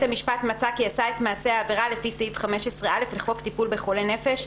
המשפט מצא כי עשה את מעשה העבירה לפי סעיף 15(א) לחוק טיפול בחולי נפש,